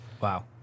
Wow